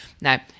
Now